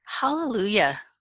Hallelujah